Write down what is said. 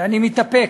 ואני מתאפק.